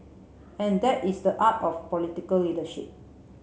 and that is the art of political leadership